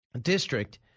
district